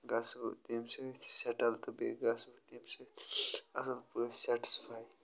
گژھٕ بہٕ تمہِ سۭتۍ سیٹَٕل تہٕ بیٚیہِ گَژھ بہٕ تمہِ سۭتۍ اَصٕل پٲٹھۍ سیٚٹٕسفاے